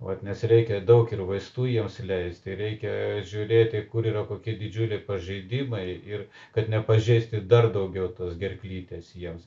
vat nes reikia daug ir vaistų jiems leisti reikia žiūrėti kur yra kokie didžiuliai pažeidimai ir kad nepažeisti dar daugiau tos gerklytės jiems